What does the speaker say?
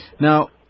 Now